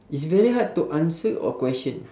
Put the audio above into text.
it's very hard to answer or question